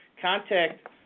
contact